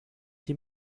die